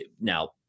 Now